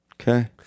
Okay